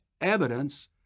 evidence